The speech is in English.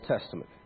Testament